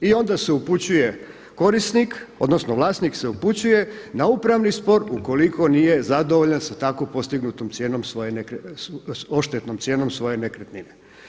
I onda se upućuje korisnik odnosno vlasnik se upućuje na upravni spor ukoliko nije zadovoljan sa tako postignutom odštetnom cijenom svoje nekretnine.